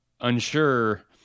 unsure